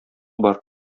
бар